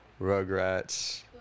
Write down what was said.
Rugrats